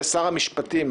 ושר המשפטים,